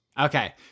Okay